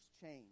change